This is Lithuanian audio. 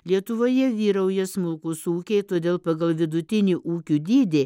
lietuvoje vyrauja smulkūs ūkiai todėl pagal vidutinį ūkių dydį